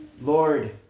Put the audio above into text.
Lord